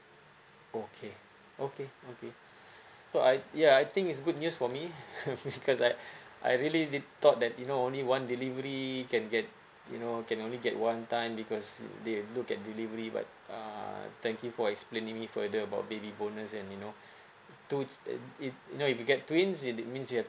okay okay okay so I ya I think is good news for me because I I really did thought that you know only one delivery can get you know can only get one time because they look at delivery but uh thank you for explaining it further about baby bonus and you know two if if you know if you get twins that means you have